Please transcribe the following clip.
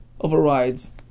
overrides